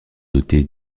dotée